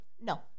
no